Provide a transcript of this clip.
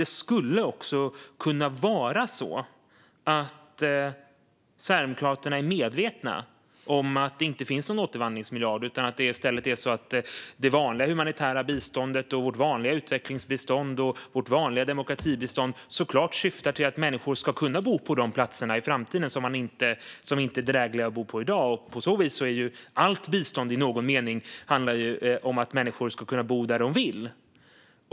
Det skulle dock kunna vara på det sättet att Sverigedemokraterna är medvetna om att det inte finns någon återvandringsmiljard, och i stället syftar det vanliga humanitära biståndet, vårt vanliga utvecklingsbistånd och vårt vanliga demokratibistånd till att göra så att människor i framtiden ska kunna bo på de platser som inte är drägliga att bo på i dag. På så vis handlar ju allt bistånd i någon mening om att människor ska kunna bo där de vill.